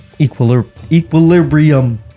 equilibrium